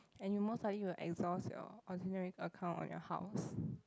and you most likely will exhaust your ordinary account on your house